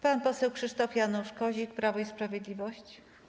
Pan poseł Krzysztof Janusz Kozik, Prawo i Sprawiedliwość.